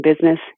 business